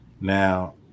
now